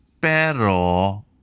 pero